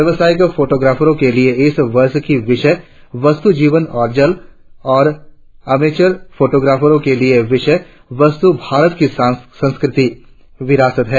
व्यावसायिक फोटोग्राफरों के लिए इस वर्ष की विषय वस्तु जीवन और जल और अमेचर फोटोगाफरों के लिए विषय वस्त भारत की सांस्कृतिक विरासत है